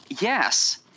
yes